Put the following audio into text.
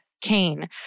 Kane